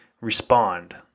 respond